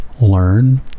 learn